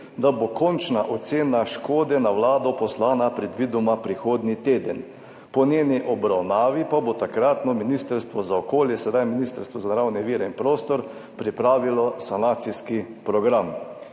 da bo končna ocena škode na Vlado poslana predvidoma prihodnji teden, po njeni obravnavi pa bo takratno ministrstvo za okolje, sedaj Ministrstvo za naravne vire in prostor, pripravilo sanacijski program.